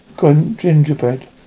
gingerbread